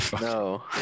No